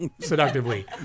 seductively